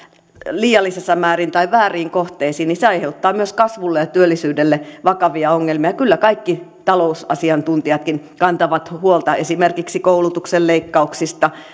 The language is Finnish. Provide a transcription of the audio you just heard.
liiallisissa määrin tai vääriin kohteisiin aiheuttaa myös kasvulle ja työllisyydelle vakavia ongelmia kyllä kaikki talousasiantuntijatkin kantavat huolta esimerkiksi koulutuksen leikkauksista ja siitä että